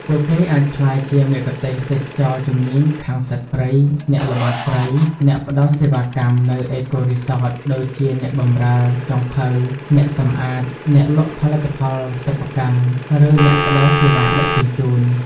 ពួកគេអាចក្លាយជាមគ្គុទ្ទេសក៍ទេសចរណ៍ជំនាញខាងសត្វព្រៃ អ្នកល្បាតព្រៃ អ្នកផ្តល់សេវាកម្មនៅ អេកូរីសត ដូចជាអ្នកបម្រើ ចុងភៅ អ្នកសម្អាត អ្នកលក់ផលិតផលសិប្បកម្ម ឬអ្នកផ្តល់សេវាដឹកជញ្ជូន។